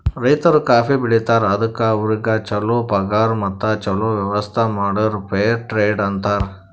ರೈತರು ಕಾಫಿ ಬೆಳಿತಾರ್ ಅದುಕ್ ಅವ್ರಿಗ ಛಲೋ ಪಗಾರ್ ಮತ್ತ ಛಲೋ ವ್ಯವಸ್ಥ ಮಾಡುರ್ ಫೇರ್ ಟ್ರೇಡ್ ಅಂತಾರ್